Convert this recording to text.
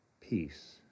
Peace